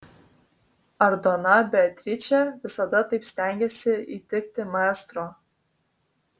ar dona beatričė visada taip stengėsi įtikti maestro